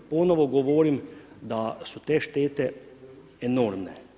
Ponovno govorim da su te štete enormne.